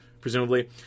presumably